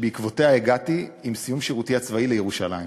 ובעקבותיה הגעתי עם סיום שירותי הצבאי לירושלים.